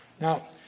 Now